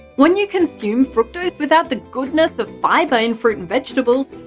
when you consume fructose without the goodness of fibre in fruit and vegetables,